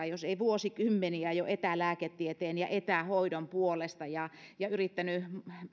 jos ei vuosikymmeniä jo etälääketieteen ja etähoidon puolesta ja ja yrittänyt